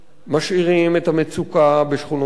משאירים את המצוקה בשכונות הדרום,